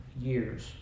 years